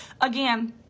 Again